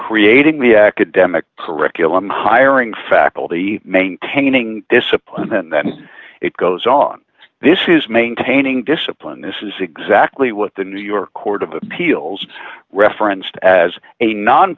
creating the academic curriculum hiring faculty maintaining discipline then that it goes on this is maintaining discipline this is exactly what the new york court of appeals referenced as a non